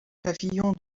pavillons